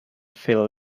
fair